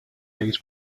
dates